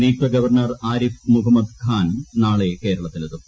നിയുക്ത ഗവർണ്ണർ ആരിഫ് മുഹമ്മദ് ഖാൻ നാളെ കേരളത്തിൽ എത്തും